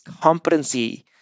competency